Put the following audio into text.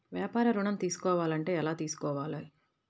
వ్యాపార ఋణం తీసుకోవాలంటే ఎలా తీసుకోవాలా?